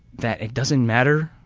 that it doesn't matter